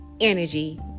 energy